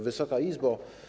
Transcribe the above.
Wysoka Izbo!